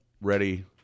ready